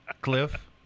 Cliff